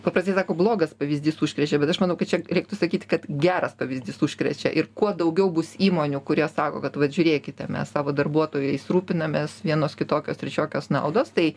paprastai sako blogas pavyzdys užkrečia bet aš manau kad čia reiktų sakyt kad geras pavyzdys užkrečia ir kuo daugiau bus įmonių kurie sako kad vat žiūrėkite mes savo darbuotojais rūpinamės vienos kitokios trečiokės naudos tai